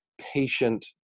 patient